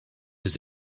his